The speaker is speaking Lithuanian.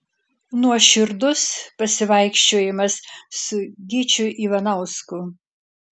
nuoširdus pasivaikščiojimas su gyčiu ivanausku